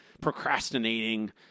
procrastinating